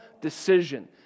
decision